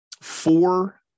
four